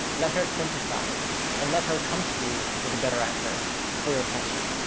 let her synthesize and let her come to you with a better answer for your question.